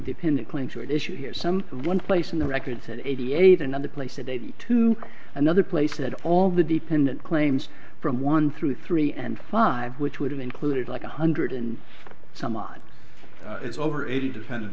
dependent claim to an issue here some one place in the records at eighty eight another place a date to another place that all the dependent claims from one through three and five which would have included like a hundred and some odd as over a defendant